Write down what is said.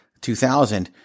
2000